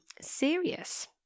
serious